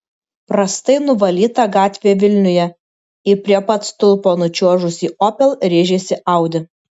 prastai nuvalyta gatvė vilniuje į prie pat stulpo nučiuožusį opel rėžėsi audi